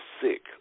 sick